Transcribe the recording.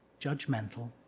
judgmental